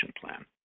plan